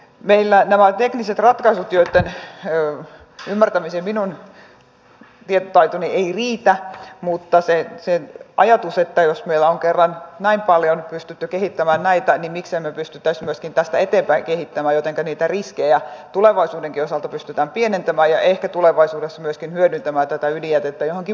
meillä on nämä tekniset ratkaisut joitten ymmärtämiseen minun tietotaitoni ei riitä mutta minulla on se ajatus että jos meillä on kerran näin paljon pystytty kehittämään näitä niin miksi emme pystyisi myöskin tästä eteenpäin kehittämään jotenka niitä riskejä tulevaisuudenkin osalta pystytään pienentämään ja ehkä tulevaisuudessa myöskin hyödyntämään tätä ydinjätettä johonkin muuhun käyttöön